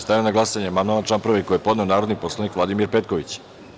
Stavljam na glasanje amandman na član 1. koji je podneo narodni poslanik Vladimir Petković.